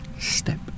step